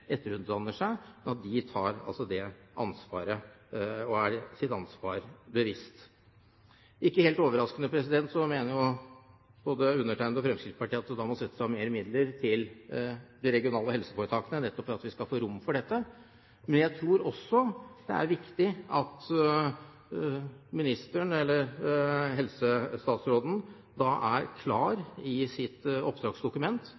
seg, slik at de også tar det ansvaret og er seg sitt ansvar bevisst. Ikke helt overraskende mener både undertegnede og Fremskrittspartiet at det da må settes av mer midler til de regionale helseforetakene, nettopp for at vi skal få rom for dette. Men jeg tror også det er viktig at statsråden i sitt oppdragsdokument er klar